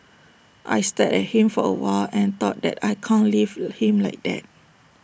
I stared at him for A while and thought that I can't leave him like that